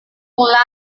polite